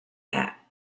hat